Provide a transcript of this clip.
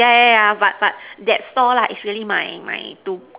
yeah yeah yeah but but that stall right is my my to